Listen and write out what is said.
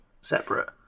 separate